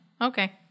Okay